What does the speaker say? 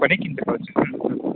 ওখানেই কিনতে পাওয়া যায় হুম হুম